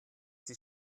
sie